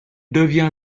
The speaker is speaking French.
devient